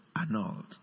annulled